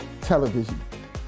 television